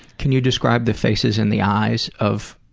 can you describe the faces and the eyes of